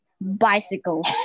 bicycle